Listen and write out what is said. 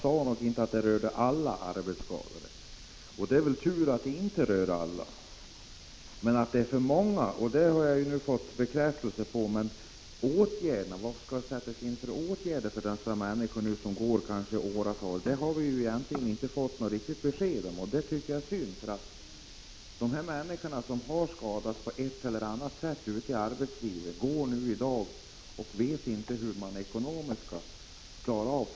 Herr talman! Jag sade inte att det rörde alla arbetsskadade, och det är nog tur att det inte gör det. Att det ändå är för många som drabbas har jag nu fått bekräftelse på. Men vilka åtgärder som skall sättas in för att hjälpa de människor som kanske går i åratal och väntar på ett beslut har vi egentligen inte fått något riktigt besked om. Det tycker jag är synd. De människor som på ett eller annat sätt har skadats ute i arbetslivet vet i dag inte hur de ekonomiskt skall klara sig.